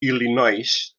illinois